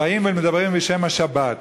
מדברים בשם השבת.